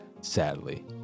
sadly